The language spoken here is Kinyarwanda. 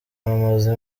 bamaze